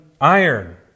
iron